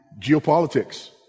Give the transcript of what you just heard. geopolitics